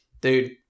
dude